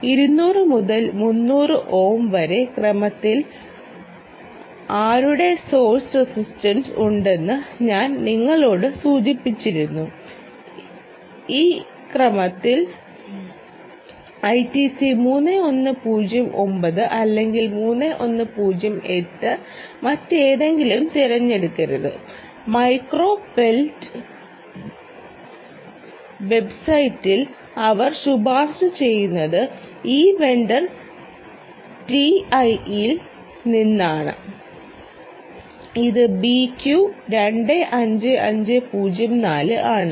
200 മുതൽ 300 ഓം വരെ ക്രമത്തിൽ ആരുടെ സോഴ്സ് റസിസ്റ്റൻസ് ഉണ്ടെന്ന് ഞാൻ നിങ്ങളോട് സൂചിപ്പിച്ചിരുന്നു ഈ ഐടിസി 3109 അല്ലെങ്കിൽ 3108 മറ്റെന്തെങ്കിലും തിരഞ്ഞെടുക്കരുത് മൈക്രോ പെൽറ്റ് വെബ്സൈറ്റിൽ അവർ ശുപാർശ ചെയ്യുന്നത് ഈ വെണ്ടർ ടിഐയിൽ നിന്നാണ് ഇത് BQ25504 ആണ്